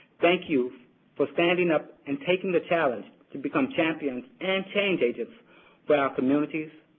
thank you for standing up and taking the challenge to become champions and change agents for our communities,